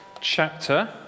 chapter